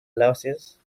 louses